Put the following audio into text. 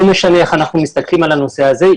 לא משנה איך אנחנו מסתכלים על הנושא הזה,